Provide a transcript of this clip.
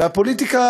והפוליטיקה,